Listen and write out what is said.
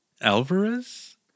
Alvarez